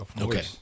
Okay